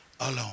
alone